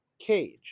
Cage